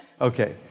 Okay